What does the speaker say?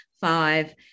five